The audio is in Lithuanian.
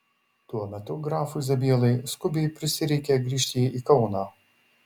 tuo metu grafui zabielai skubiai prisireikė grįžti į kauną